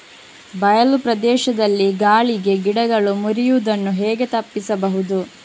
ಬಯಲು ಪ್ರದೇಶದಲ್ಲಿ ಗಾಳಿಗೆ ಗಿಡಗಳು ಮುರಿಯುದನ್ನು ಹೇಗೆ ತಪ್ಪಿಸಬಹುದು?